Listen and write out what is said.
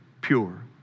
pure